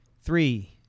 Three